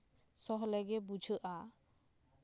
ᱥᱚᱦᱞᱮ ᱜᱮ ᱵᱩᱡᱷᱟᱹᱜᱼᱟ